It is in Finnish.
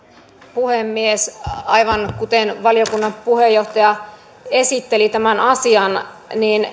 puhemies aivan kuten valiokunnan puheenjohtaja esitteli tämän asian